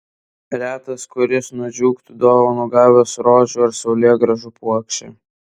retas kuris nudžiugtų dovanų gavęs rožių ar saulėgrąžų puokštę